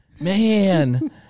Man